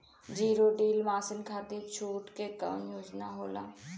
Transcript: Zero till machine खाती छूट के कवन योजना होला?